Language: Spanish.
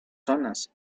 zonas